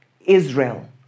Israel